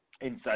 inside